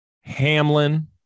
Hamlin